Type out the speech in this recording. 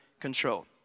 control